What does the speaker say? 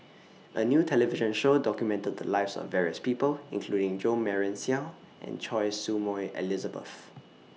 A New television Show documented The Lives of various People including Jo Marion Seow and Choy Su Moi Elizabeth